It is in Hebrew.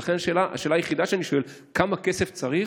ולכן השאלה היחידה שאני שואל היא כמה כסף צריך,